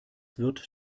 wird